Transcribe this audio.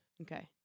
Okay